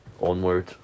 Onward